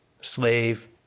slave